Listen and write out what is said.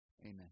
Amen